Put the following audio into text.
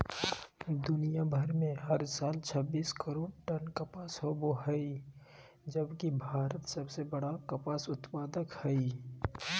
दुनियां भर में हर साल छब्बीस करोड़ टन कपास होव हई जबकि भारत सबसे बड़ कपास उत्पादक हई